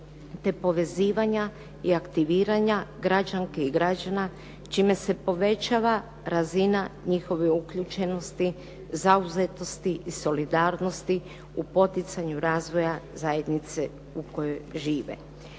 te povezivanja i aktiviranja građanki i građana čime se povećava razina njihove uključenosti, zauzetosti i solidarnosti u poticanju razvoja zajednice u kojoj žive.